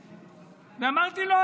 אמרתי: לא,